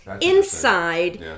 inside